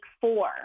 four